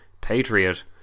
patriot